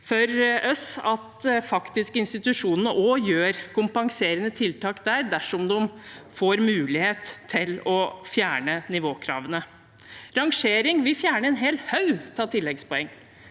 for oss at institusjonene faktisk gjør kompenserende tiltak der dersom de får mulighet til å fjerne nivåkravene. Rangering vil fjerne en hel haug med tilleggspoeng.